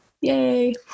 Yay